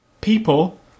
People